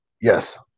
Yes